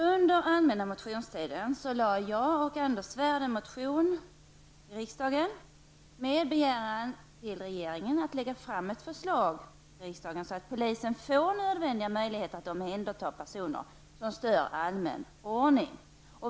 Under den allmänna motionstiden väckte jag och Anders Svärd en motion med begäran till regeringen att lägga fram ett förslag till riksdagen om att polisen ges nödvändiga möjligheter att omhänderta personer som stör allmän ordning.